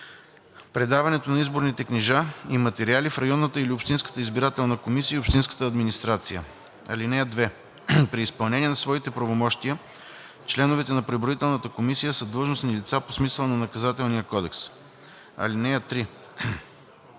предаването на изборните книжа и материали в районната или общинската избирателна комисия и общинската администрация. (2) При изпълнение на своите правомощия членовете на преброителната комисия са длъжностни лица по смисъла на Наказателния кодекс. (3)